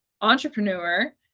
entrepreneur